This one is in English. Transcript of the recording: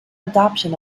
adoption